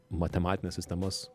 matematines sistemas